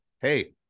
Hey